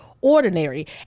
ordinary